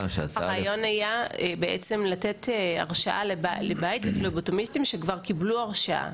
הרעיון היה לתת הרשאה לפלבוטומיסטים שכבר קיבלו הרשאה.